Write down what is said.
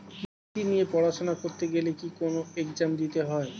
কৃষি নিয়ে পড়াশোনা করতে গেলে কি কোন এগজাম দিতে হয়?